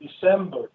December